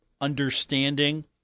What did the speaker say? understanding